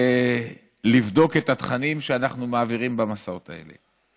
לבדוק את התכנים שאנחנו מעבירים במסעות האלה.